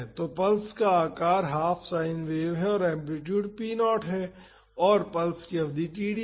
तो पल्स का आकार हाफ साइन वेव है और एम्पलीटूड p0 है और पल्स की अवधि td है